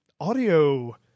audio